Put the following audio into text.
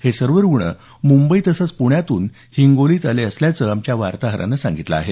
हे सर्व रुग्ण मुंबई तसंच प्ण्यातून हिंगोलीत आले असल्याचं आमच्या वार्ताहरानं सांगितलं आहे